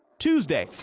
tuesday,